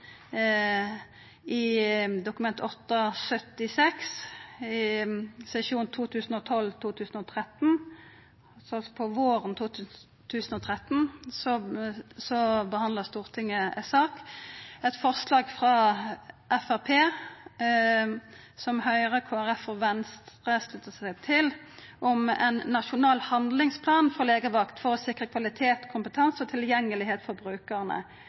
Stortinget Dokument 8:76 S, og på våren 2013 behandla Stortinget eit forslag frå Framstegspartiet som Høgre, Kristeleg Folkeparti og Venstre slutta seg til, om ein nasjonal handlingsplan for legevakt for å sikra kvalitet, kompetanse og tilgjengelegheit for brukarane.